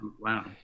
wow